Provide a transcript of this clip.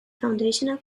foundational